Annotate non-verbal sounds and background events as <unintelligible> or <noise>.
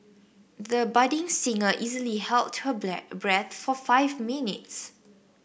the budding singer easily held her <unintelligible> breath for five minutes